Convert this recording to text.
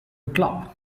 club